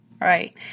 Right